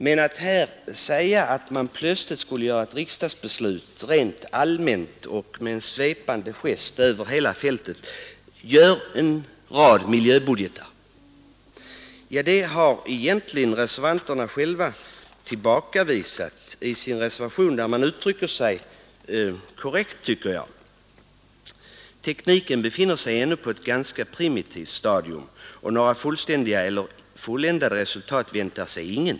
Men förslaget här, att man helt plötsligt skulle fatta ett rent allmänt riksdagsbeslut och med en svepande gest över hela fältet göra upp en rad miljöbudgeter, har reservanterna egentligen själva tillbakavisat i sin reservation, där jag tycker de uttrycker sig korrekt med orden ”——— tekniken befinner sig ännu på ett ganska primitivt stadium, och några fullständiga eller fulländade resultat väntar sig ingen”.